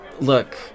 Look